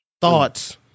thoughts